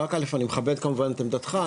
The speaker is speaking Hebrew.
א' אני מכבד כמובן את עמדתך,